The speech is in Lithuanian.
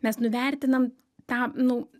mes nuvertinam tą nu